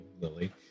lily